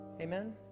Amen